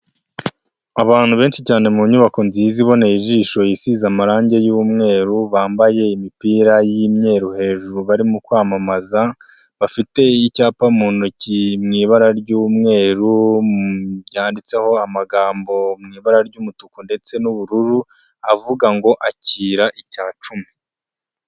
Abantu benshi cyane mu nyubako nziza iboneye ijishosize amarangi y'umweru, bambaye imipira y'imyeru hejuru barimo kwamamaza, bafite icyapa mu ntoki mu ibara ry'umweru, ryanditseho amagamb mu ibara ry'umutuku ndetse n'ubururu, avuga ngo akira icya cumi.